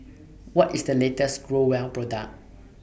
What IS The latest Growell Product